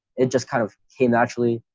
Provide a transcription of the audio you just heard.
it just kind of came naturally.